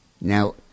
Now